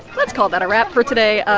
let's call that a wrap for today.